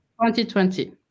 2020